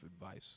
advice